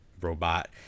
robot